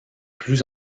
plus